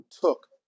took